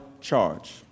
charge